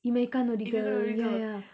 imaikkaa nodigal ya ya